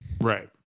Right